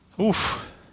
Oof